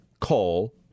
call